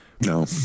No